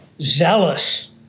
zealous